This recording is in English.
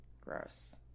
gross